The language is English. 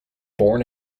born